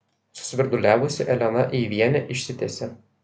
susvirduliavusi elena eivienė išsitiesė